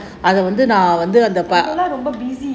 ரொம்ப:romba